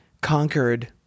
conquered